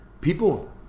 people